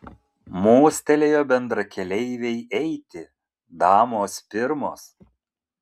mostelėjo bendrakeleivei eiti damos pirmos